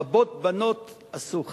רבות בנות עשו חיל,